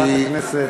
חברת הכנסת.